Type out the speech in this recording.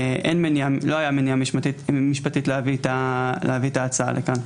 לא היתה מניעה משפטית להביא את ההצעה לכאן.